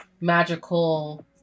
magical